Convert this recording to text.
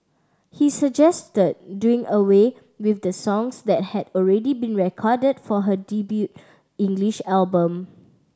he suggested doing away with the songs that had already been recorded for her debut English album